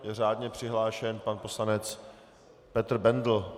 Je řádně přihlášen pan poslanec Petr Bendl.